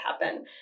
happen